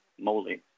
moly